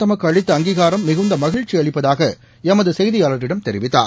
தமக்கு அளித்த அங்கீகாரம் மிகுந்த மகிழ்ச்சி அளிப்பதாக எமது செய்தியாளிடம் தெரிவித்தார்